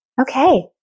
okay